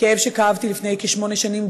כאב שכאבתי לפני כשמונה שנים.